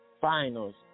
finals